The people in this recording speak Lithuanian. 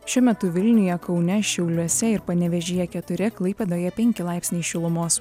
šiuo metu vilniuje kaune šiauliuose ir panevėžyje keturi klaipėdoje penki laipsniai šilumos